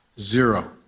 Zero